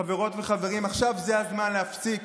חברות וחברים, עכשיו הזמן להפסיק